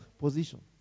position